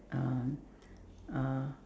um uh